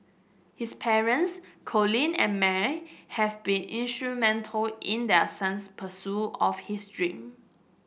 his parents Colin and May have been instrumental in their son's pursuit of his dream